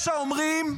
יש האומרים,